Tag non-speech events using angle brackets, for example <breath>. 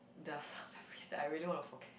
there are <breath> some memories that I really want to forget